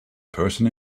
person